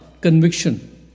Conviction